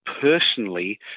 personally